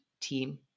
team